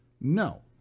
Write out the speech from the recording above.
No